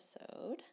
episode